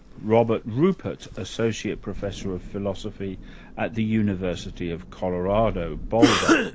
robert rupert, associate professor of philosophy at the university of colorado, boulder,